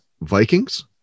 Vikings